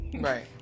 right